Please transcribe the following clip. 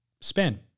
spin